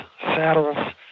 saddles